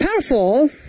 powerful